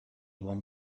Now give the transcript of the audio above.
bon